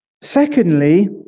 Secondly